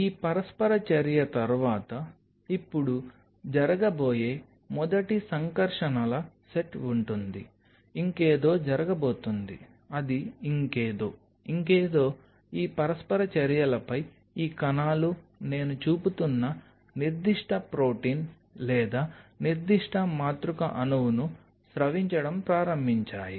ఈ పరస్పర చర్య తర్వాత ఇప్పుడు జరగబోయే మొదటి సంకర్షణల సెట్ ఉంటుంది ఇంకేదో జరగబోతోంది అది ఇంకేదో ఇంకేదో ఈ పరస్పర చర్యలపై ఈ కణాలు నేను చూపుతున్న నిర్దిష్ట ప్రోటీన్ లేదా నిర్దిష్ట మాతృక అణువును స్రవించడం ప్రారంభించాయి